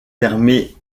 permet